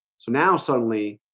so now suddenly